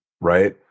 right